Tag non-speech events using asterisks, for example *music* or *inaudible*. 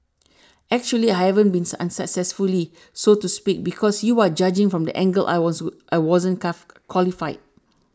actually I haven't been unsuccessfully so to speak because you are judging from the angle I *unintelligible* I wasn't *unintelligible* qualified